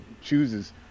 chooses